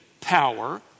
power